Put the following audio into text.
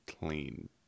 clean